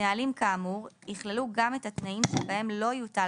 נהלים כאמור יכללו גם את התנאים שבהם לא יוטל